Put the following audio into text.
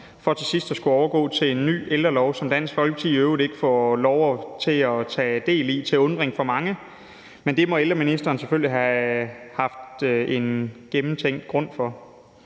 for til sidst at skulle overgå til en ny ældrelov, som Dansk Folkeparti i øvrigt ikke får lov til at tage del i til undren for mange. Men det må ældreministeren selvfølgelig have haft en gennemtænkt grund til.